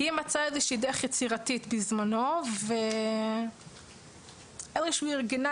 היא מצאה איזושהי דרך יצירתית בזמנו ואיכשהו ארגנה